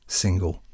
single